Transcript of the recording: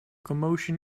commotion